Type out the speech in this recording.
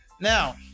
now